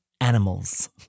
animals